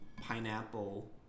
pineapple